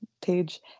page